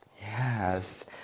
Yes